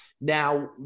Now